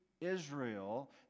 israel